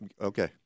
okay